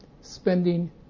spending